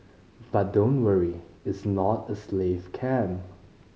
but don't worry its not a slave camp